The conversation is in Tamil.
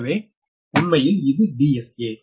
எனவே உண்மையில் இது DSA